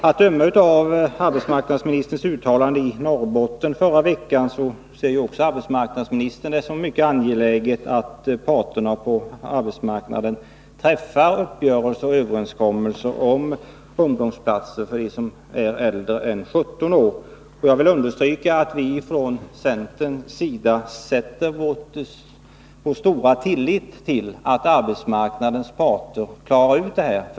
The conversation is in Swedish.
Att döma av arbetsmarknadsministerns uttalande i Norrbotten i förra veckan ser även arbetsmarknadsministern det såsom mycket angeläget att parterna på arbetsmarknaden träffar uppgörelser och överenskommelser om ungdomsplatser för dem som är äldre än 17 år. Jag vill understryka att vi från centern sätter vår stora tillit till att arbetsmarknadens parter klarar ut detta.